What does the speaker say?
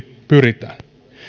pyritään